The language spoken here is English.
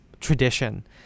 tradition